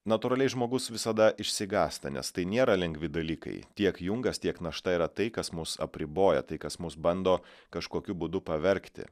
natūraliai žmogus visada išsigąsta nes tai nėra lengvi dalykai tiek jungas tiek našta tai kas mus apriboja tai kas mus bando kažkokiu būdu pavergti